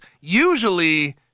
Usually